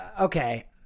okay